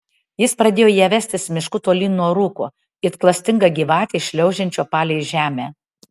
jis pradėjo ją vestis mišku tolyn nuo rūko it klastinga gyvatė šliaužiančio palei žemę